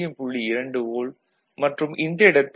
2 volt மற்றும் இந்த இடத்தில் 0